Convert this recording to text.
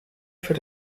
für